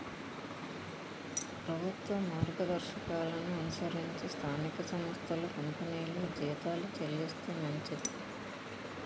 ప్రభుత్వ మార్గదర్శకాలను అనుసరించి స్థానిక సంస్థలు కంపెనీలు జీతాలు చెల్లిస్తే మంచిది